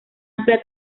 amplia